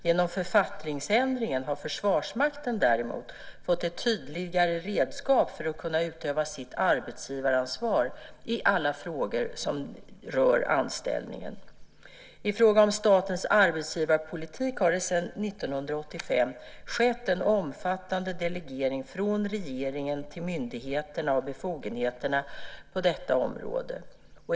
Genom författningsändringarna har Försvarsmakten däremot fått ett tydligare redskap för att kunna utöva sitt arbetsgivaransvar i alla frågor som rör anställningen. I fråga om statens arbetsgivarpolitik har det sedan 1985 skett en omfattande delegering från regeringen till myndigheterna av befogenheterna på detta område.